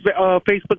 Facebook